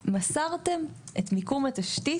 ״מסרתם את מיקום התשתית,